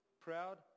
proud